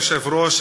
כבוד היושב-ראש,